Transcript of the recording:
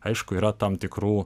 aišku yra tam tikrų